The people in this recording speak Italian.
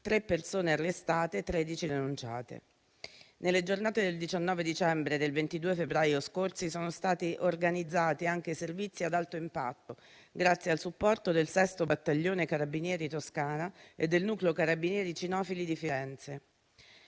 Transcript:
3 persone arrestate e 13 denunciate. Nelle giornate del 19 dicembre e del 22 febbraio scorsi, sono stati organizzati anche servizi ad alto impatto grazie al supporto del 6° Battaglione Carabinieri Toscana e del Nucleo Carabinieri cinofili di Firenze.